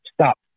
stop